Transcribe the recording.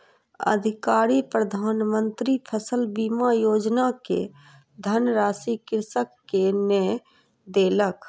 अधिकारी प्रधान मंत्री फसल बीमा योजना के धनराशि कृषक के नै देलक